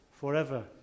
forever